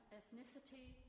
ethnicity